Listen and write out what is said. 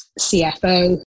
CFO